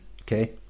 Okay